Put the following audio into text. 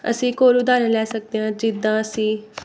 ਅਸੀਂ ਇੱਕ ਹੋਰ ਉਦਾਹਰਣ ਲੈ ਸਕਦੇ ਹਾਂ ਜਿੱਦਾਂ ਅਸੀਂ